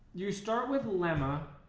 you start with lemma